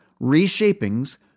reshapings